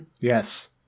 Yes